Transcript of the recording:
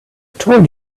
told